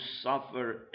suffer